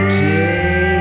day